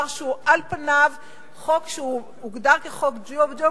שהוא על פניו חוק שהוגדר כחוק ג'ובים,